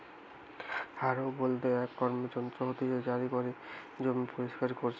হারও বলতে এক র্কমকার যন্ত্র হতিছে জারি করে জমি পরিস্কার করতিছে